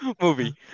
Movie